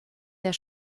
der